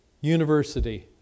university